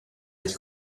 del